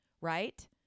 right